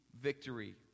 victory